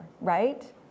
right